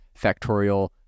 Factorial